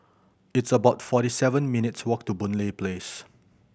it's about forty seven minutes' walk to Boon Lay Place